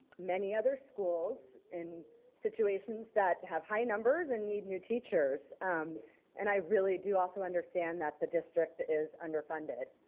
many other schools in situations that have high numbers and need new teachers um and i really do also understand that the district is underfunded.